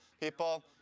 people